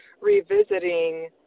revisiting